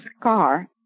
car